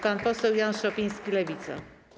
Pan poseł Jan Szopiński, Lewica.